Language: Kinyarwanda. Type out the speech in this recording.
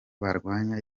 barwanya